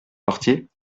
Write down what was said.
portier